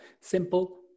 Simple